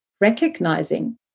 recognizing